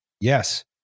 Yes